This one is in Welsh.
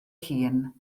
hun